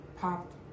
popped